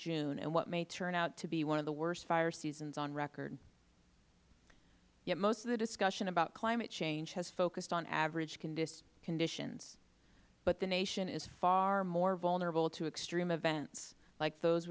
june in what may turn out to be one of the worst fire seasons on record yet most the discussion about climate change has focused on average conditions but the nation is far more vulnerable to extreme events like those